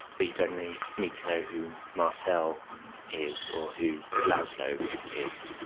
but you don't need need to know who marcel is or who laszlo is.